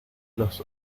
los